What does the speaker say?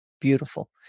Beautiful